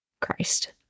Christ